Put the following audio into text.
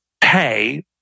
pay